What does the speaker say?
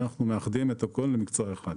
אנחנו מאחדים את הכול למקצוע אחד.